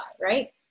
right